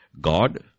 God